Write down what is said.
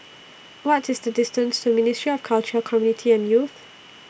What IS The distance to Ministry of Culture Community and Youth